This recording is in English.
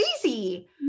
crazy